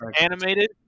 animated